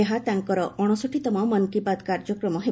ଏହା ତାଙ୍କର ଅଣଷଠିତମ ମନ୍ କୀ ବାତ୍ କାର୍ଯ୍ୟକ୍ରମ ହେବ